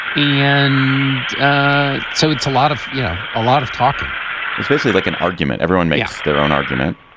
and ah so it's a lot of, you know, a lot of talking it's basically like an argument. everyone makes their own argument,